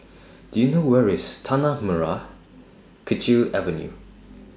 Do YOU know Where IS Tanah Merah Kechil Avenue